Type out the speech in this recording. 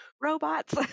Robots